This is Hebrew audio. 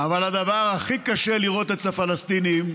אבל הדבר הכי קשה לראות אצל הפלסטינים,